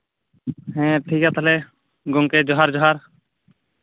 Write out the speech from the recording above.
ᱦᱮᱸ ᱴᱷᱤᱠ ᱜᱮᱭᱟ ᱛᱟᱦᱞᱮ ᱜᱚᱢᱠᱮ ᱡᱚᱦᱟᱨ ᱡᱚᱦᱟᱨ